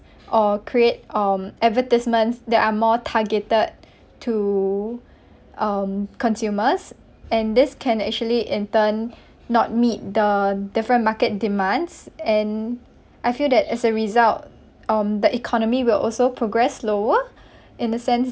or create um advertisements that are more targeted to um consumers and this can actually in turn not meet the different market demands and I feel that as a result um the economy will also progress slower in the sense